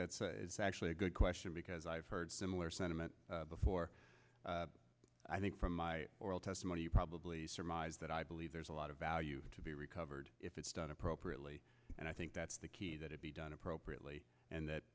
that's actually a good question because i've heard similar sentiment before i think from my oral testimony you probably surmise that i believe there's a lot of value to be recovered if it's done appropriately and i think that's the key is that it be done appropriately and ha